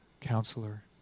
counselor